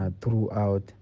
throughout